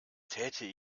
täte